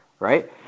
right